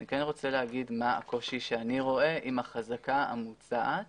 אני כן רוצה להגיד מה הקושי שאני רואה עם החזקה המוצעת